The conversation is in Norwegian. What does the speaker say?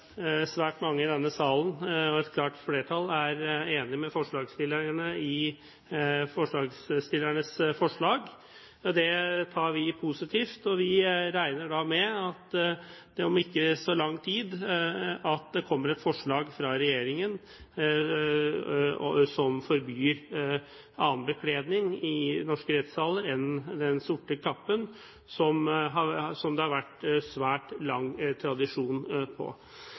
svært mange i denne salen – og et klart flertall – er enig med forslagsstillerne i forslagsstillernes forslag. Det tar vi positivt, og vi regner da med at det om ikke så lang tid kommer et forslag fra regjeringen som forbyr annen bekledning i norske rettssaler enn den sorte kappen som det har vært svært lang tradisjon